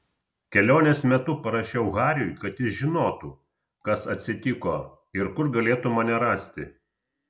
kelionės metu parašiau hariui kad jis žinotų kas atsitiko ir kur galėtų mane rasti